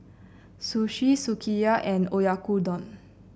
Sushi Sukiyaki and Oyakodon